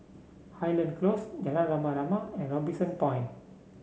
Highland Close Jalan Rama Rama and Robinson Point